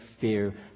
fear